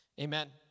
Amen